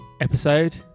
episode